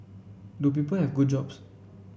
do people have good jobs